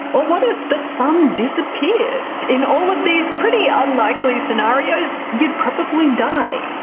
or what if the sun disappeared? in all of these pretty unlikely scenarios, you'd probably die.